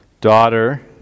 daughter